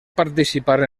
participar